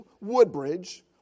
Woodbridge